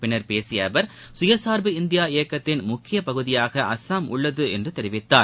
பின்னர் பேசிய அவர் சுயசார்பு இந்தியா இயக்கத்தின் முக்கிய பகுதியாக அஸ்ஸாம் உள்ளது என்று தெரிவித்தார்